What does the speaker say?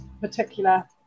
particular